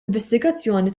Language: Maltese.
investigazzjoni